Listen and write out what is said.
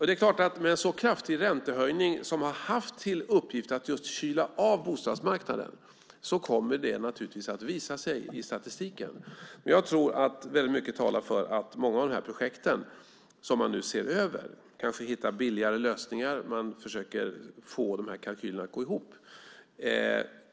Det är klart att den kraftiga räntehöjningen, som har haft till uppgift att just kyla av bostadsmarknaden, naturligtvis kommer att visa sig i statistiken. Väldigt mycket talar för att många av projekten kommer att förverkligas i ett senare skede. Man ser över dem, hittar kanske billigare lösningar och försöker få kalkylerna att gå ihop.